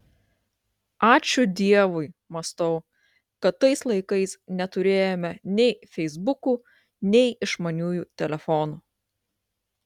ačiū dievui mąstau kad tais laikais neturėjome nei feisbukų nei išmaniųjų telefonų